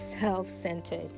self-centered